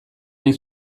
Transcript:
nahi